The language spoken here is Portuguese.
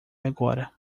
agora